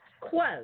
Quote